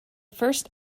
first